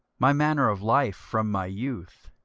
my manner of life from my youth,